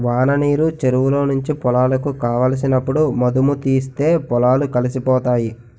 వాననీరు చెరువులో నుంచి పొలాలకు కావలసినప్పుడు మధుముతీస్తే పొలాలు కలిసిపోతాయి